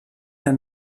der